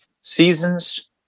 seasons